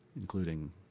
including